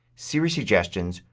siri suggestions,